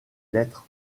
lettres